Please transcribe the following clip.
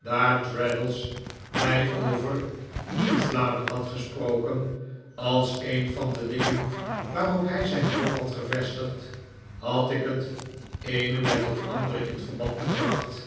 daar traddles mij over nieuwsbladen had gesproken als een van de dingen waarop'hij zijn hoop had gevestigd had ik het eene met het andere in verband gebracht